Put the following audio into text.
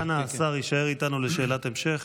אנא, השר יישאר איתנו לשאלת המשך.